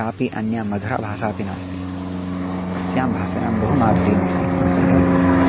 कापि अन्या मधुरा भाषापि नास्ति अस्यां भाषायां बहु माधुर्यमस्ति अतः